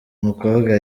umukobwa